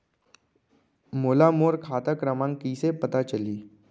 मोला मोर खाता क्रमाँक कइसे पता चलही?